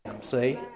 see